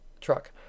Truck